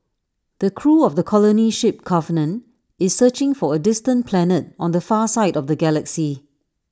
the crew of the colony ship covenant is searching for A distant planet on the far side of the galaxy